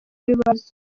ibibazo